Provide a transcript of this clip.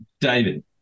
David